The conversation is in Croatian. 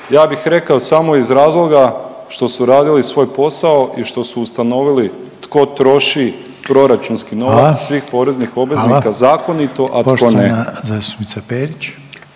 Ja bih rekao samo iz razloga što su radili svoj posao i što su ustanovili tko troši proračunski novac …/Upadica: Hvala./… svih poreznih